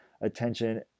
attention